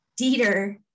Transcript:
Dieter